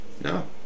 No